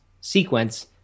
sequence